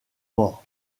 morts